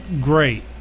great